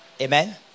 Amen